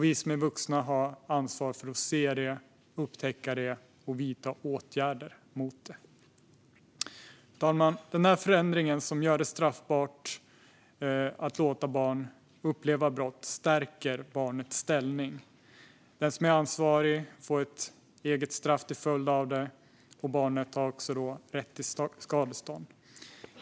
Vi som är vuxna har ansvaret att se det, upptäcka det och vidta åtgärder mot det. Fru talman! Den förändring som gör det straffbart att låta barn uppleva brott stärker barnets ställning. Den som är ansvarig får ett eget straff till följd av det här, och barnet har även rätt till skadestånd.